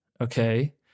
okay